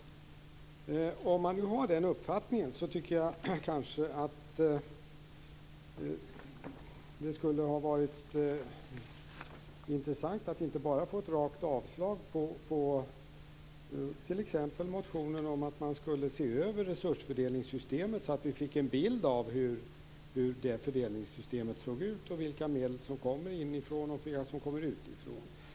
Om Majléne Westerlund Panke nu har den uppfattningen tycker jag att det hade varit intressant att få en kommentar av utskottet vad gäller ett par motioner i stället för att de bara avstyrktes rakt av. Det gäller t.ex. motionen med förslag om att resursfördelningssystemet skulle ses över, så att vi fick en bild av hur det ser ut, vilka medel som kommer inifrån och vilka som kommer utifrån.